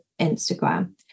Instagram